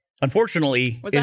Unfortunately